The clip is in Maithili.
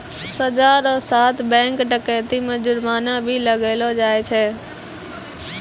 सजा रो साथ बैंक डकैती मे जुर्माना भी लगैलो जाय छै